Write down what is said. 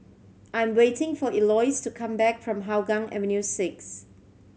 I'm waiting for Eloise to come back from Hougang Avenue Six